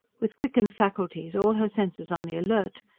with quickened faculties, all her senses on the alert,